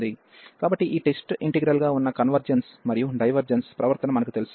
కాబట్టి ఈ test integral గా ఉన్న కన్వెర్జెన్స్ మరియు డైవర్జెన్స్ ప్రవర్తన మనకు తెలుసు